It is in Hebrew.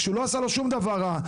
כשהוא לא עשה לו שום דבר רע,